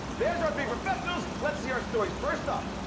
there's our three professionals. let's see our stories. first up,